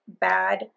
bad